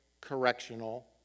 correctional